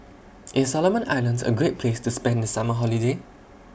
IS Solomon Islands A Great Place to spend The Summer Holiday